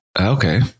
Okay